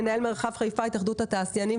מנהל מרחב חיפה בהתאחדות התעשיינים,